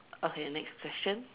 okay next question